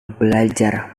belajar